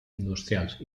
industrials